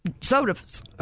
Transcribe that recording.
sodas